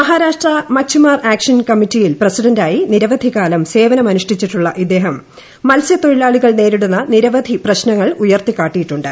മഹാരാഷ്ട്ര മക്ച്ചിമാർ ആക്ഷൻ കമ്മിറ്റിയിൽ പ്രസിഡന്റായി നിരവധി കാലം സേവനമനുഷ്ഠിച്ചിട്ടുള്ള ഇദ്ദേഹം മത്സ്യത്തൊഴിലാളികൾ നേരിടുന്ന നിരവധി പ്രശ്നങ്ങൾ ഉയർത്തിക്കാട്ടിയിട്ടുണ്ട്